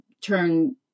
turn